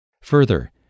Further